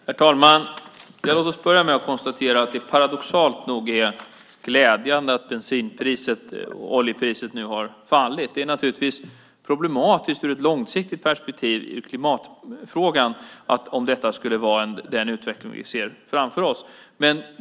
Herr talman! Låt oss börja med att konstatera att det paradoxalt nog är glädjande att bensinpriset och oljepriset nu har fallit. Det vore naturligtvis problematiskt ur ett långsiktigt perspektiv i klimatfrågan om detta skulle vara den utveckling vi skulle se framför oss.